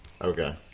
Okay